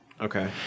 Okay